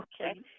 Okay